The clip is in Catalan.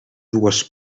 dues